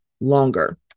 longer